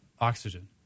oxygen